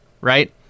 right